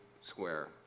square